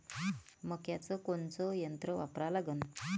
मक्याचं कोनचं यंत्र वापरा लागन?